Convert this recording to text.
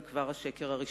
זה כבר השקר הראשון.